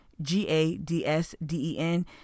G-A-D-S-D-E-N